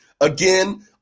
Again